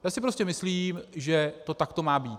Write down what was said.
Já si prostě myslím, že to takto má být.